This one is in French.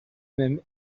même